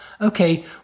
okay